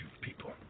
People